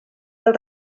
del